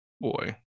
Boy